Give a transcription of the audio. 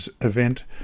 event